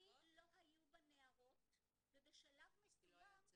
לא היו בה נערות ובשלב מסוים --- כי לא היה צוות,